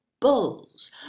Bulls